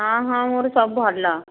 ହଁ ହଁ ମୋର ସବୁ ଭଲ